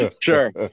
Sure